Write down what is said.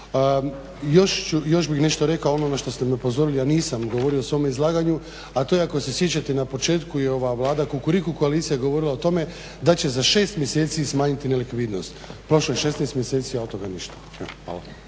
Još bih nešto rekao o onome što ste me upozorili a nisam govorio u svome izlaganju a to je ako se sjećate na početku je ova Vlada, Kukuriku koalicija govorila o tome da će za 6 mjeseci smanjiti nelikvidnost. Prošlo je 16 mjeseci a od toga ništa.